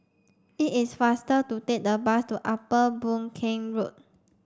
it is faster to take the bus to Upper Boon Keng Road